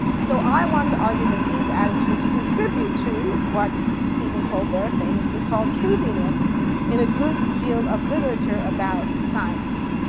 so i want to argue that these attitudes contribute to what stephen colbert famously called truthiness in a good deal of literature about science.